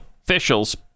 officials